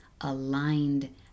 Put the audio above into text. aligned